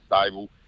stable